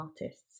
artists